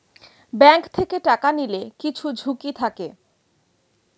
bank থেকে টাকা নিলে কিছু ঝুঁকি থাকে